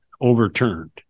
overturned